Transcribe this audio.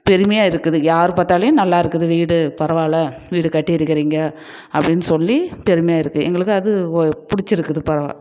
பெருமையாக இருக்குது யார் பார்த்தாலியும் நல்லா இருக்குது வீடு பரவாயில்லை வீடு கட்டியிருக்கிறீங்க அப்படின்னு சொல்லி பெருமையாக இருக்குது எங்களுக்கு அது ஓ பிடிச்சிருக்குது பரவாயில்லை